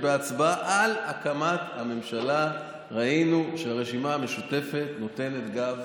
בהצבעה על הקמת הממשלה ראינו שהרשימה המשותפת נותנת גב